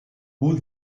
put